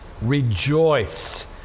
rejoice